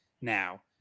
now